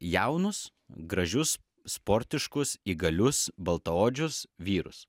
jaunus gražius sportiškus įgalius baltaodžius vyrus